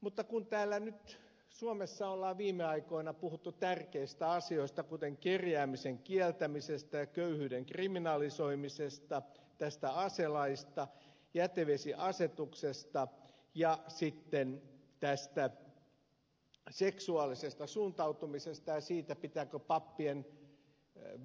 mutta kun suomessa on viime aikoina puhuttu tärkeistä asioista kuten kerjäämisen kieltämisestä ja köyhyyden kriminalisoimisesta tästä aselaista jätevesiasetuksesta seksuaalisesta suuntautumisesta ja siitä pitääkö pappien